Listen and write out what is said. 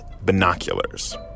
binoculars